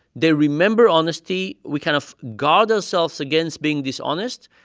they remember honesty. we kind of guard ourselves against being dishonest.